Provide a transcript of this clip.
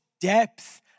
depth